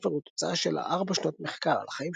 הספר הוא תוצאה של ארבע שנות מחקר על החיים